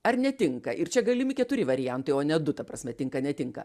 ar netinka ir čia galimi keturi variantai o ne du ta prasme tinka netinka